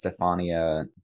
Stefania